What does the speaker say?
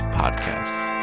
podcasts